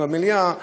לבין הדיון במליאה,